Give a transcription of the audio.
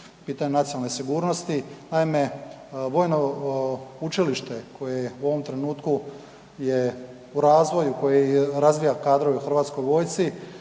pitanja nacionalne sigurnosti. Naime, Vojno učilište koje je u ovom trenutku je u razvoju, koje razvija kadrove u Hrvatskoj vojsci,